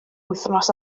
wythnos